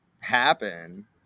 happen